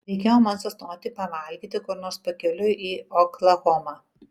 reikėjo man sustoti pavalgyti kur nors pakeliui į oklahomą